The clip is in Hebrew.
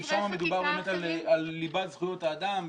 זה קצת שונה כי שם מדובר באמת על ליבת זכויות האדם,